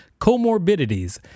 comorbidities